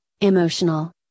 emotional